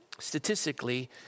Statistically